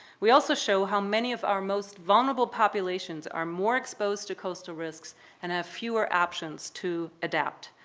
we also show how many of our most vulnerable populations are more exposed to coastal risks and have fewer options to adapt.